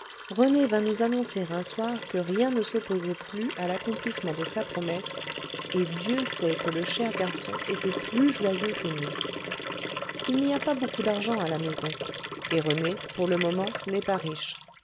rené vint nous annoncer un soir que rien ne s'opposait plus à l'accomplissement de sa promesse et dieu sait que le cher garçon était plus joyeux que nous il n'y a pas beaucoup d'argent à la maison et rené pour le moment n'est pas riche